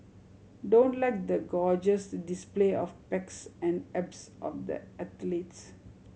don't like the gorgeous display of pecs and abs of the athletes